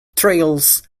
trails